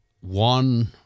One